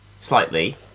slightly